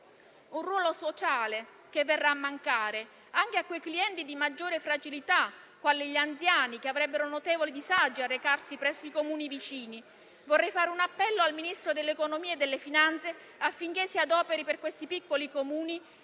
Un ruolo sociale che verrà a mancare anche per quei clienti di maggiore fragilità, quali gli anziani, che avrebbero notevoli disagi a recarsi presso i Comuni vicini. Vorrei rivolgere un appello al Ministro dell'economia e delle finanze, affinché si adoperi per questi piccoli Comuni